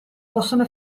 possono